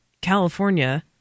California